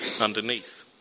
underneath